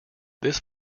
this